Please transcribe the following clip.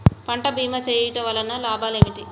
పంట భీమా చేయుటవల్ల లాభాలు ఏమిటి?